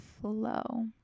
flow